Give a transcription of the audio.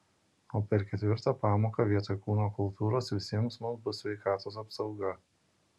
o per ketvirtą pamoką vietoj kūno kultūros visiems mums bus sveikatos apsauga